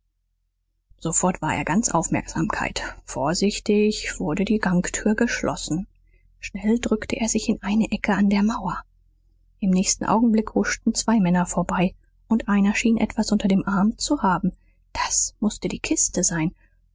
sofort war er ganz aufmerksamkeit vorsichtig wurde die gangtür geschlossen schnell drückte er sich in eine ecke an der mauer im nächsten augenblick huschten zwei männer vorbei und einer schien etwas unter dem arm zu haben das mußte die kiste sein